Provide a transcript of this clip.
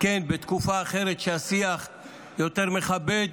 כן בתקופה אחרת, שהשיח יותר מכבד,